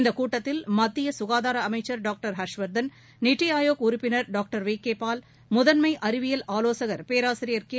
இந்தக் கூட்டத்தில் மத்தியசுகாதாரஅமைச்சர் டாக்டர்ஹர்ஷ் வர்தன் நிதிஆயோக் உறுப்பினர் டாக்டர் விகேபால் முதன்மைஅறிவியல் ஆலோசகர் பேராசிரியர் கே